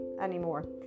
anymore